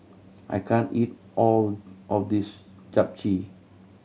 I can't eat all of this Japchae